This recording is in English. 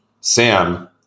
Sam